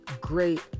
great